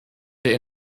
der